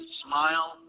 smile